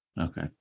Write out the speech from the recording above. Okay